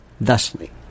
thusly